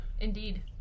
Indeed